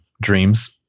dreams